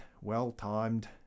Well-timed